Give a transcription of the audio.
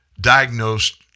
diagnosed